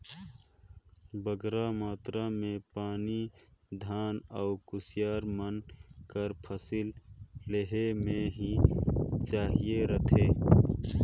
बगरा मातरा में पानी धान अउ कुसियार मन कर फसिल लेहे में ही चाहिए रहथे